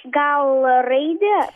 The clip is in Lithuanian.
gal raidė